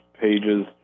pages